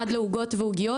עד לעוגות ועוגיות